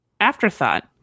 Afterthought